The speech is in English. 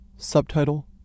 Subtitle